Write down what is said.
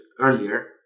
earlier